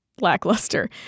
Lackluster